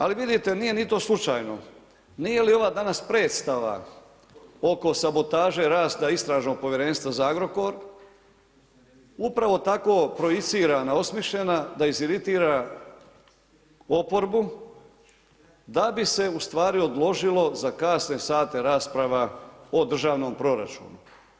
Ali vidite nije ni to slučajno, nije li ova danas predstava oko sabotaže rada Istražnog povjerenstva za Agrokor upravo tako projicirana, osmišljena da iziritira oporbu da bi se ustvari odložilo za kasne sate rasprava o državnom proračunu?